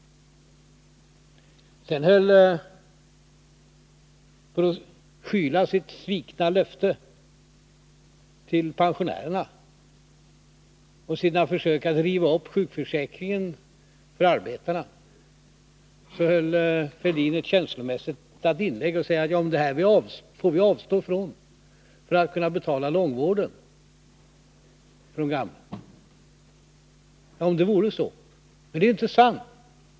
För att skyla sitt svikna löfte till pensionärerna och sina försök att riva upp sjukförsäkringen för arbetarna höll Thorbjörn Fälldin ett känslomättat inlägg där han säger att vi får avstå från detta för att kunna betala långvården för några andra. Det är inte sant.